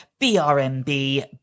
BRMB